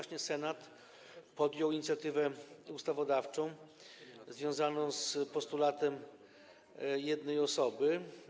Jednak Senat podjął inicjatywę ustawodawczą związaną z postulatem jednej osoby.